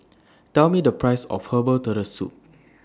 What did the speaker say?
Tell Me The priceS of Herbal Turtle Soup